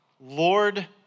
Lord